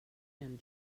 and